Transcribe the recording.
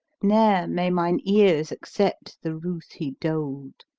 ne'er may mine ears accept the ruth he doled!